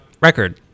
record